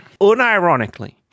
unironically